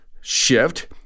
shift